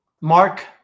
Mark